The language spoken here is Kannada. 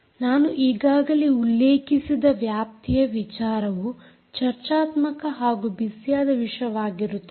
ನಾನು ಈಗಾಗಲೇ ಉಲ್ಲೇಖಿಸಿದ ವ್ಯಾಪ್ತಿಯ ವಿಚಾರವು ಚರ್ಚಾತ್ಮಕ ಹಾಗೂ ಬಿಸಿಯಾದ ವಿಷಯವಾಗಿರುತ್ತದೆ